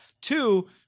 Two